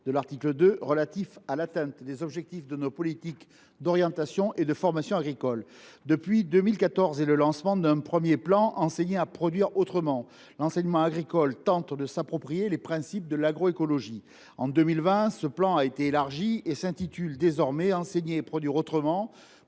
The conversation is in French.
de l’article 2, relatif à l’atteinte des objectifs de nos politiques d’orientation et de formation agricoles. Depuis 2014 et le lancement d’un premier plan Enseigner à produire autrement, l’enseignement agricole tente de s’approprier les principes de l’agroécologie. En 2020, ce plan a été élargi et s’intitule désormais Enseigner à produire autrement